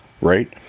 right